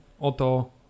oto